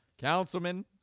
Councilman